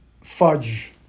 fudge